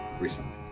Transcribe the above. recently